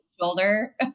shoulder